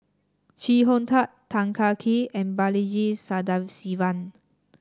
Chee Hong Tat Tan Kah Kee and Balaji Sadasivan